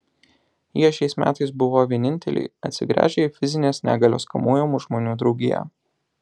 jie šiais metais buvo vieninteliai atsigręžę į fizinės negalios kamuojamų žmonių draugiją